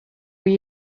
were